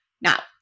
Now